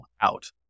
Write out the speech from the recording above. out